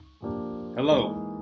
Hello